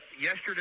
yesterday